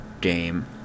game